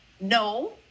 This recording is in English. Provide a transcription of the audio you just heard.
no